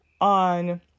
on